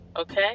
okay